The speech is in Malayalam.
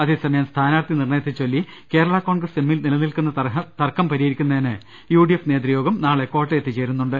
അതേസമയം സ്ഥാനാർത്ഥി നിർണയത്തെച്ചൊല്ലി കേരളാ കോൺഗ്രസ് എമ്മിൽ നിലനിൽക്കുന്നു തർക്കം പരിഹരിക്കുന്നതിന് യുഡിഎഫ് നേതൃ യോഗം നാളെ കോട്ടയത്ത് ചേരുന്നുണ്ട്